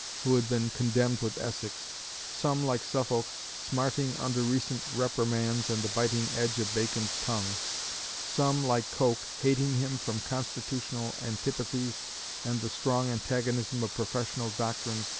who had been condemned with essex some like suffolk, smarting under recent reprimands and the biting edge of bacon's tongue some like coke, hating him from constitutional antipathies and the strong antagonism of professional doctrines,